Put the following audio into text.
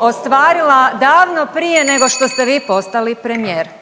ostvarila davno prije nego što ste vi postali premijer.